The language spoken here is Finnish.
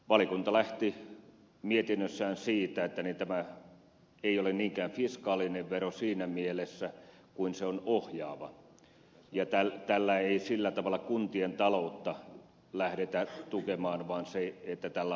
valiokunta lähti mietinnössään siitä että tämä ei ole niinkään fiskaalinen vero siinä mielessä kuin se on ohjaava ja tällä ei sillä tavalla kuntien taloutta lähdetä tukemaan vaan tällä on ohjaava vaikutus